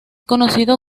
conocido